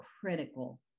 critical